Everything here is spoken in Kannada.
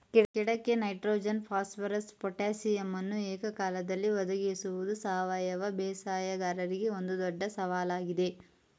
ಗಿಡಕ್ಕೆ ನೈಟ್ರೋಜನ್ ಫಾಸ್ಫರಸ್ ಪೊಟಾಸಿಯಮನ್ನು ಏಕಕಾಲದಲ್ಲಿ ಒದಗಿಸುವುದು ಸಾವಯವ ಬೇಸಾಯಗಾರರಿಗೆ ಒಂದು ದೊಡ್ಡ ಸವಾಲಾಗಿದೆ